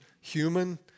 human